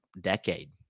decade